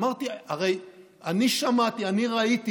אמרתי: הרי אני שמעתי, אני ראיתי